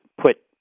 put